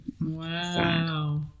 Wow